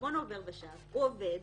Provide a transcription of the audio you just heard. חשבון עובר ושב והוא עובד